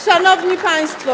Szanowni Państwo!